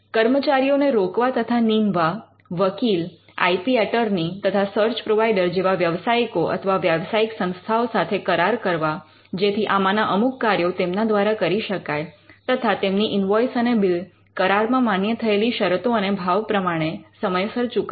કર્મચારીઓને રોકવા તથા નીમવા વકીલ આઇપી એટર્ની તથા સર્ચ પ્રોવાઇડર જેવા વ્યવસાયિકો અથવા વ્યાવસાયિક સંસ્થાઓ સાથે કરાર કરવા જેથી આમાંના અમુક કાર્યો તેમના દ્વારા કરી શકાય તથા તેમની ઇન્વૉઇસ અને બીલ કરારમાં માન્ય થયેલી શરતો અને ભાવ પ્રમાણે સમયસર ચૂકવવા